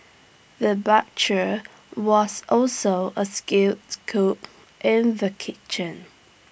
the butcher was also A skilled cook in the kitchen